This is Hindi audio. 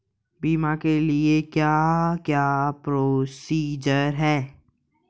बीमा के लिए क्या क्या प्रोसीजर है?